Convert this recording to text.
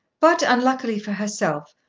but, unluckily for herself,